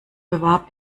bewarb